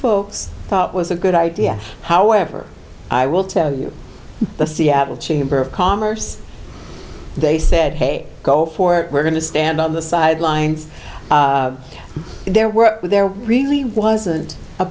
folks thought was a good idea however i will tell you the seattle chamber of commerce they said hey go for it we're going to stand on the sidelines there were there really wasn't a